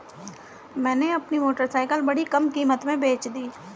मैंने अपनी मोटरसाइकिल बड़ी कम कीमत में बेंच दी